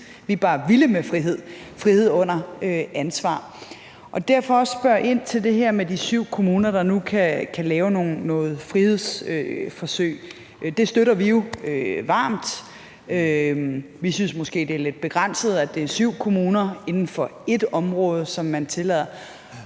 vi er bare vilde med frihed – frihed under ansvar. Derfor vil jeg også spørge ind til det her med de syv kommuner, der nu kan lave nogle frihedsforsøg. Det støtter vi jo varmt. Vi synes måske, det er lidt begrænset, at det er syv kommuner inden for ét område, som man tillader